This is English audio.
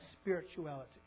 spirituality